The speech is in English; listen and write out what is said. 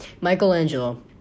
Michelangelo